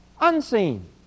unseen